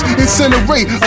incinerate